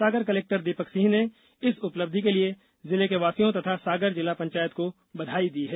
सागर collector Deepak Singh ने इस उपलब्धि के लिए जिले वासियों तथा सागर जिला पंचायत को बधाई दी है